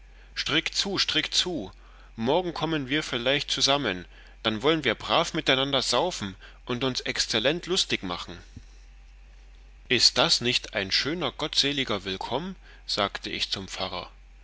strick zu strick zu morgen kommen wir vielleicht zusammen dann wollen wir brav miteinander saufen und uns exzellent lustig machen ist das nicht ein schöner gottseliger willkomm sagte ich zum pfarrer